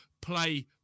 play